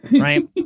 Right